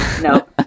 No